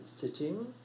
sitting